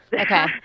Okay